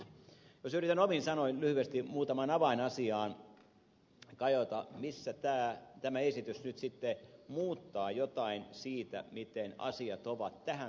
jos yritän omin sanoin lyhyesti kajota muutamaan avainasiaan joissa tämä esitys nyt sitten muuttaa jotain siitä miten asiat ovat tähän saakka olleet